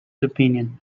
opinion